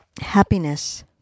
Happiness